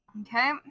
Okay